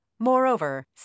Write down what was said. Moreover